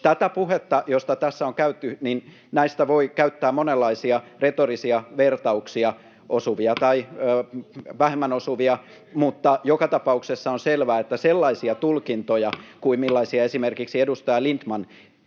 Tästä puheesta, jota tässä on käyty, voi käyttää monenlaisia retorisia vertauksia, osuvia tai vähemmän osuvia, mutta joka tapauksessa on selvää, että sellaisille tulkinnoille, millaisia esimerkiksi edustaja Lindtman